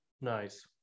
nice